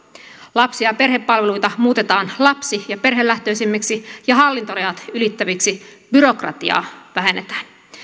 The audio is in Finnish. lapsi ja perhepalveluita muutetaan lapsi ja perhelähtöisemmiksi ja hallintorajat ylittäviksi byrokratiaa vähennetään